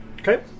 Okay